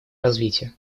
развития